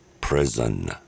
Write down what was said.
prison